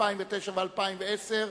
2009 ו-2010),